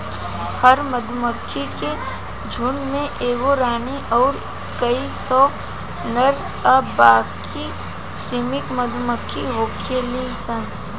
हर मधुमक्खी के झुण्ड में एगो रानी अउर कई सौ नर आ बाकी श्रमिक मधुमक्खी होखेली सन